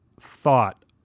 thought